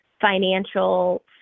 financial